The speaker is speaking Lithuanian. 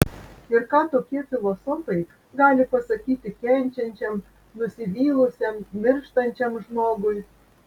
ir ką tokie filosofai gali pasakyti kenčiančiam nusivylusiam mirštančiam žmogui